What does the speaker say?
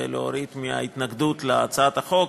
ולהוריד מההתנגדות להצעת החוק.